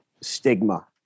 stigma